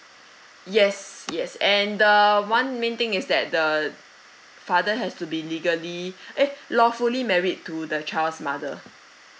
yes yes and the one main thing is that the father has to be legally eh lawfully married to the child's mother